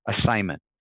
assignment